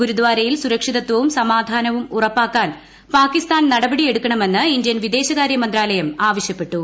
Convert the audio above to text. ഗുരുദാരയിൽ സുരക്ഷിതത്വവും സമാധാനവും ഉറപ്പാക്കാൻ പാകിസ്ഥാൻ നടപടി എടുക്കണമെന്ന് ഇന്ത്യൻ വിദേശകാര്യ മന്ത്രാലയം ആവശ്യപ്പെട്ടു